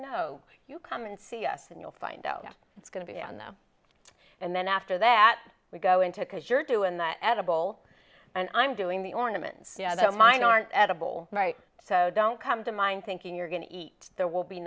know you come and see us and you'll find out that it's going to be on them and then after that we go into because you're doing that edible and i'm doing the ornaments you know the mine aren't edible so don't come to mine thinking you're going to eat there will be